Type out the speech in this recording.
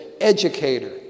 educator